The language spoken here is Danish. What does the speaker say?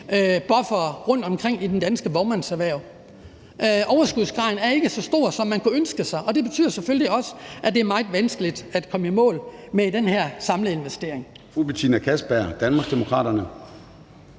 rundtomkring i det danske vognmandserhverv. Overskudsgraden er ikke så stor, som man kunne ønske sig, og det betyder selvfølgelig også, at det er meget vanskeligt at komme i mål med den her samlede investering.